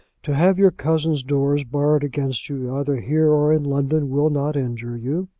to have your cousin's doors barred against you, either here or in london, will not injure you.